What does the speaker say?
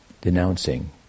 denouncing